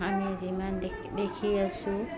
আমি যিমান দেখ দেখি আছোঁ